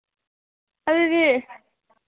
ꯑꯗꯨꯗꯤ